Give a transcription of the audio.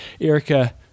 Erica